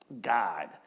God